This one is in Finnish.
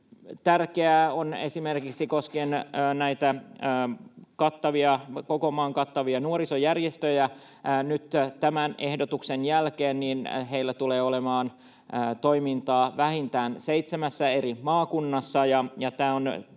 tärkeä esimerkiksi näitä koko maan kattavia nuorisojärjestöjä koskeva kirjaus. Nyt tämän ehdotuksen jälkeen heillä tulee olemaan toimintaa vähintään seitsemässä eri maakunnassa,